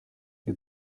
you